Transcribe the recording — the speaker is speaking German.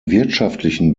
wirtschaftlichen